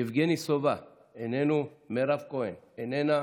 יבגני סובה, איננו, מירב כהן, איננה,